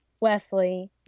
Wesley